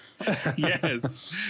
yes